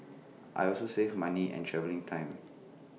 I also save money and travelling time